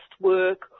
work